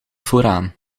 vooraan